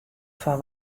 foar